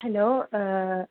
hello